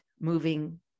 moving